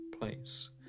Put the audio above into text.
place